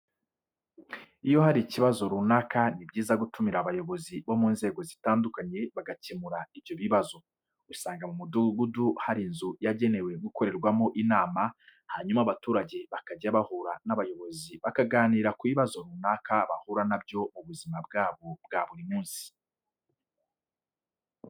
Iyo hari ikibazo runaka ni byiza gutumira abayobozi bo mu nzego zitandukanye bagakemura ibyo bibazo. Usanga mu mudugudu hari inzu yagenewe gukorerwamo inama hanyuma abaturage bakajya bahura n'abayobozi bakaganira ku bibazo runaka bahura na byo mu buzima bwabo bwa buri munsi.